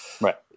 Right